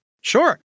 Sure